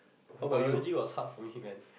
Biology was hard for human